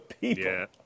people